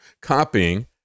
copying